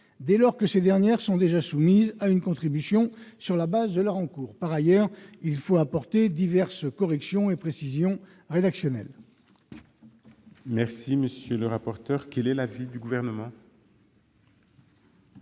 dès lors que ces dernières sont déjà soumises à une contribution sur la base de leurs encours ; troisièmement, enfin, à apporter diverses corrections et précisions rédactionnelles.